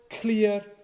clear